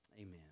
Amen